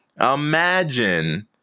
imagine